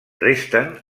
resten